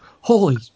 holy